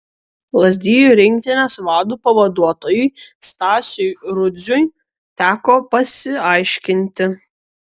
lazdijų rinktinės vado pavaduotojui stasiui rudziui teko pasiaiškinti